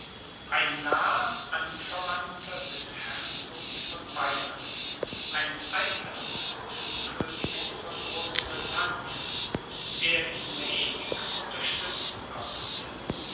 ein naher anverwandter des herzogs von bayern ein eidam des königs von großbritannien der ihn mächtig unterstützen konnte